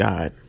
God